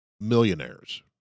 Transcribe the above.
millionaires